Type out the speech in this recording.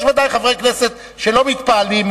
יש ודאי חברי כנסת שלא מתפעלים,